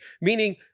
Meaning